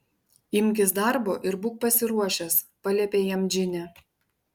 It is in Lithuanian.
imkis darbo ir būk pasiruošęs paliepė jam džinė